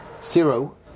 Zero